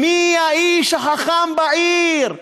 מי האיש החכם בעיר.